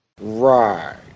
Right